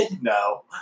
No